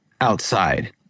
outside